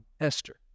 Esther